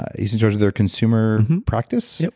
he's in charge of their consumer practice,